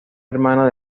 hermano